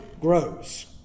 grows